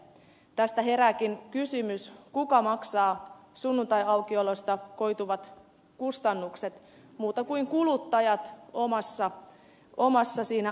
tästä herääkin kysymys kuka maksaa sunnuntaiaukiolosta koituvat kustannukset muut kuin kuluttajat omassa ostoskassissaan